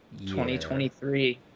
2023